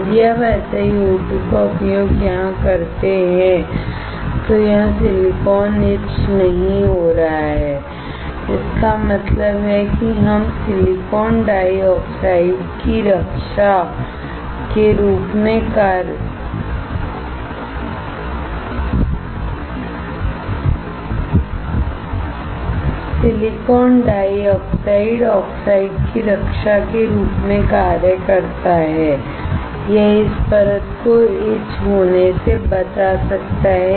यदि आप SiO2 का उपयोग यहाँ करते हैं तो यहाँ सिलिकॉन etched नहीं हो रहा है इसका मतलब है कि यह सिलिकॉन डाइऑक्साइड ऑक्साइड की रक्षा के रूप में कार्य करता है यह इस परत को etched होने से बचा सकता है